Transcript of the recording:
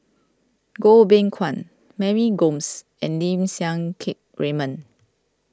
Goh Beng Kwan Mary Gomes and Lim Siang Keat Raymond